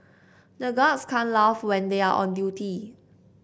the guards can't laugh when they are on duty